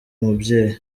umubyeyi